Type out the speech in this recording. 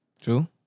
True